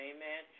Amen